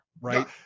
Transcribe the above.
right